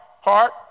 heart